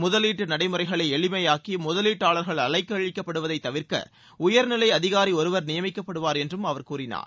முதலீட்டு நடைமுறைகளை எளிமையாக்கி முதலீட்டாளர்கள் அலைக்கழிக்கப்படுவதை தவிர்க்க உயர்நிலை அதிகாரி ஒருவர் நியமிக்கப்படுவார் என்றும் அவர் கூறினார்